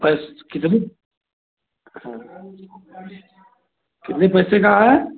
अच्छा कितने हँ कितने पैसे का है